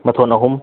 ꯃꯊꯣꯟ ꯑꯍꯨꯝ